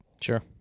Sure